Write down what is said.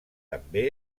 també